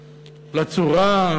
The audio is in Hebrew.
לצורה,